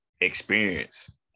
experience